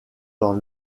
dans